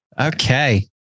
Okay